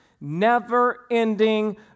never-ending